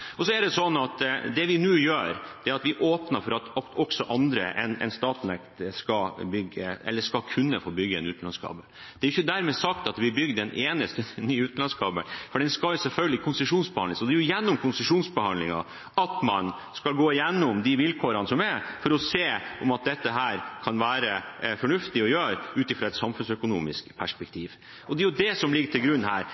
Det vi nå gjør, er at vi åpner for at også andre enn Statnett skal kunne legge en utenlandskabel. Det er ikke dermed sagt at det blir lagt en eneste ny utenlandskabel, for det skal selvfølgelig konsesjonsbehandles, og det er gjennom konsesjonsbehandlingen man skal gå gjennom vilkårene for å se om det kan være fornuftig å gjøre ut fra et samfunnsøkonomisk perspektiv. Det er det som ligger til grunn her.